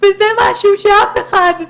וזה משהו שאף אחד,